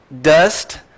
dust